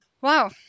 Wow